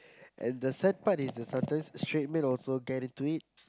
and the sad part is the sometimes straight men also get into it